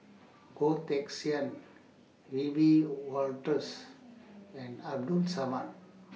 Goh Teck Sian Wiebe Wolters and Abdul Samad